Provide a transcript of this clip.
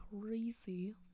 crazy